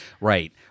Right